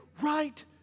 right